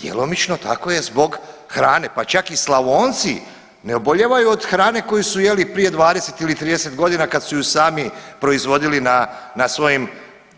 Djelomično tako je zbog hrane pa čak i Slavonci ne obolijevaju od hrane koju su jeli prije 20 ili 30 godina kad su je sami proizvodili na svojim